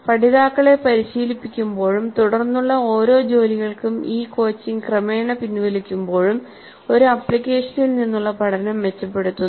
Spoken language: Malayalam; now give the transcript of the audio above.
പഠിതാക്കളെ പരിശീലിപ്പിക്കുമ്പോഴും തുടർന്നുള്ള ഓരോ ജോലികൾക്കും ഈ കോച്ചിംഗ് ക്രമേണ പിൻവലിക്കുമ്പോഴും ഒരു അപ്ലിക്കേഷനിൽ നിന്നുള്ള പഠനം മെച്ചപ്പെടുത്തുന്നു